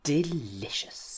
Delicious